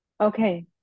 Okay